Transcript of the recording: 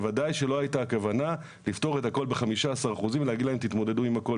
בוודאי שלא הייתה הכוונה לפתור את הכל ב-15% ולהגיד להם תתמודדו עם הכל.